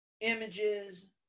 images